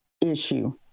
issue